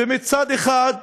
ומצד אחר,